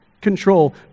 control